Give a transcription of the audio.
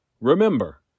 Remember